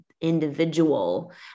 individual